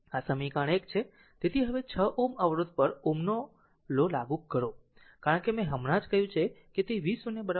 છે તેથી હવે 6 Ω અવરોધ પર Ωs નો લો લાગુ કરો કારણ કે મેં હમણાં જ કહ્યું છે કે તે v0 3 i હશે